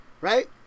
Right